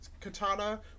katana